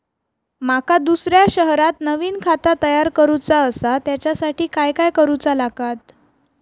माका दुसऱ्या शहरात नवीन खाता तयार करूचा असा त्याच्यासाठी काय काय करू चा लागात?